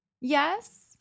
yes